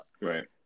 right